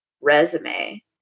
resume